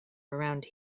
around